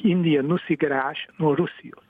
indija nusigręš nuo rusijos